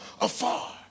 afar